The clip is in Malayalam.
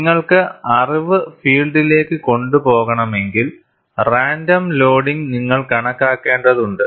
നിങ്ങൾക്ക് അറിവ് ഫീൽഡിലേക്ക് കൊണ്ടുപോകണമെങ്കിൽ റാൻഡം ലോഡിംഗ് നിങ്ങൾ കണക്കാക്കേണ്ടതുണ്ട്